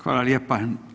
Hvala lijepa.